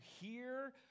hear